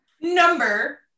Number